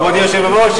כבוד היושב-ראש,